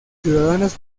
ciudadanos